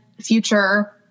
future